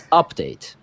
update